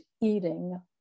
eating